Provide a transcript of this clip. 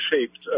shaped